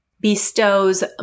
bestows